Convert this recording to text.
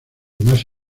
más